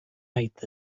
height